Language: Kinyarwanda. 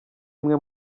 imwe